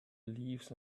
leaves